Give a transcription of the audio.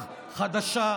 רוח חדשה,